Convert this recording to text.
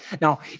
Now